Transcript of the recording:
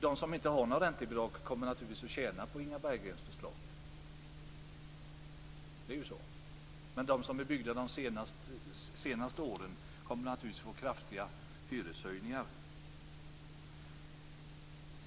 De som inte har några räntebidrag kommer naturligtvis att tjäna på Inga Berggrens förslag, men när det gäller de bostäder som är byggda under de senaste åren kommer det naturligtvis att bli kraftiga hyreshöjningar.